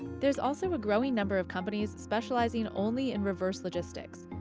there's also a growing number of companies specializing only in reverse logistics.